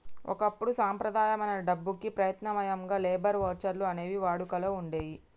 ఒకప్పుడు సంప్రదాయమైన డబ్బుకి ప్రత్యామ్నాయంగా లేబర్ వోచర్లు అనేవి వాడుకలో వుండేయ్యి